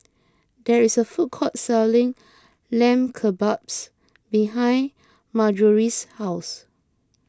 there is a food court selling Lamb Kebabs behind Marjorie's house